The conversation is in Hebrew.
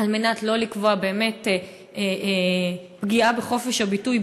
על מנת שלא לקבוע באמת פגיעה בחופש הביטוי